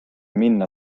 minna